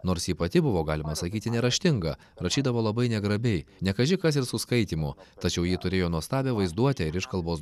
nors ji pati buvo galima sakyti neraštinga rašydavo labai negrabiai ne kaži kas ir su skaitymu tačiau ji turėjo nuostabią vaizduotę ir iškalbos